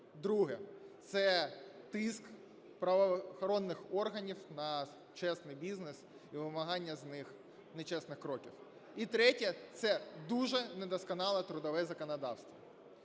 друге – це тиск правоохоронних органів на чесний бізнес і вимагання від них нечесних кроків; і третє – це дуже недосконале трудове законодавство.